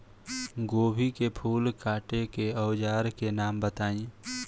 गोभी के फूल काटे के औज़ार के नाम बताई?